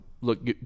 Look